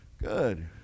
good